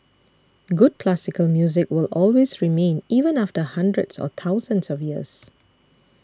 good classical music will always remain even after hundreds or thousands of years